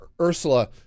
Ursula